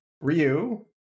Ryu